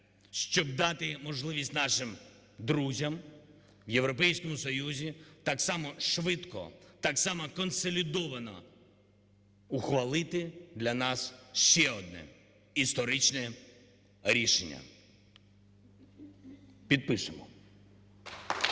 щоб дати можливість нашим друзям в Європейському Союзі так само швидко, так само консолідовано ухвалити для нас ще одне історичне рішення. Підпишемо.